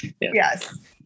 yes